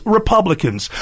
Republicans